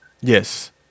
Yes